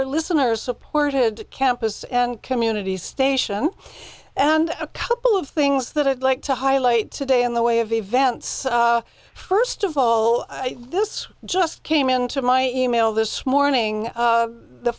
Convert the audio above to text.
your listeners supported campus and community station and a couple of things that i'd like to highlight today in the way of events first of all this just came into my email this morning